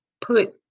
put